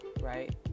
right